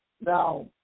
now